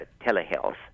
telehealth